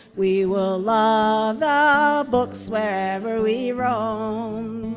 we will love the books wherever we roam